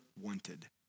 wanted